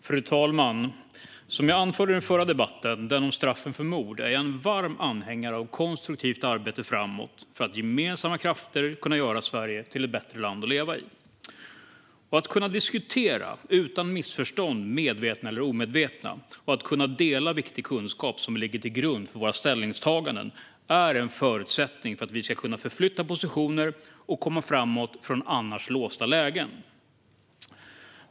Fru talman! Som jag anförde i den förra debatten, den om straffen för mord, är jag en varm anhängare av konstruktivt arbete framåt för att med gemensamma krafter kunna göra Sverige till ett bättre land att leva i. Att kunna diskutera utan medvetna eller omedvetna missförstånd och att kunna dela viktig kunskap som ligger till grund för våra ställningstaganden är en förutsättning för att vi ska kunna förflytta positioner och komma framåt från annars låsta lägen.